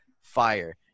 fire